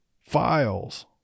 files